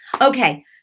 Okay